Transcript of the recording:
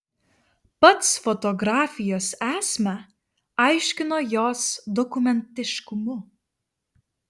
pats fotografijos esmę aiškino jos dokumentiškumu